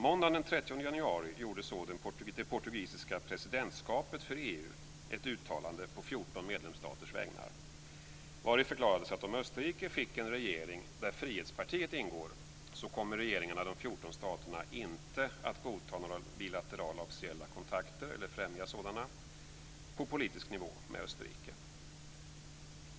Måndagen de 30 januari gjorde så Portugal, som har presidentskapet för EU, ett uttalande på 14 medlemsstaters vägnar, vari förklarades att om Österrike fick en regering där Frihetspartiet ingår kommer regeringarna i de 14 staterna inte att godta några bilaterala officiella kontakter eller främja sådana på politisk nivå med Österrike.